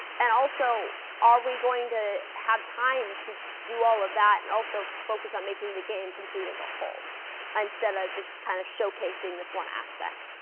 and also are we going to have time to do all of that and also focus on making the game complete as a whole instead of just kind of showcasing this one aspect.